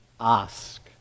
ask